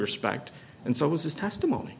respect and so it was his testimony